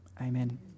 Amen